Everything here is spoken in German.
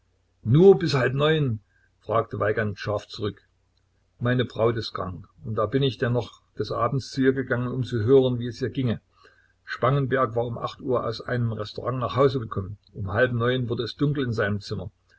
nur bis halb neun fragte weigand scharf zurück meine braut ist krank und da bin ich denn noch des abends zu ihr gegangen um zu hören wie es ihr ginge spangenberg war um acht uhr aus einem restaurant nach hause gekommen um halb neun wurde es dunkel in seinem zimmer